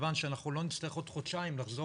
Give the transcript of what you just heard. מכיוון שלא נצטרך עוד חודשיים לחזור